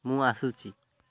ମୁଁ ଆସୁଛି